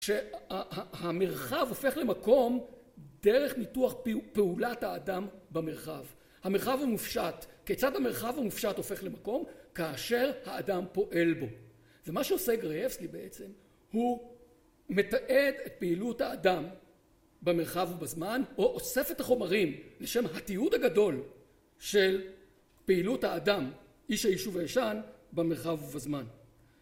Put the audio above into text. שהמרחב הופך למקום דרך ניתוח פעולת האדם במרחב. המרחב הוא מופשט, כיצד המרחב הוא מופשט הופך למקום, כאשר האדם פועל בו ומה שעושה גרייבסקי בעצם הוא מתעד את פעילות האדם במרחב ובזמן, או אוסף את החומרים לשם התיעוד הגדול של פעילות האדם איש היישוב הישן במרחב ובזמן.